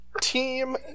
Team